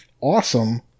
awesome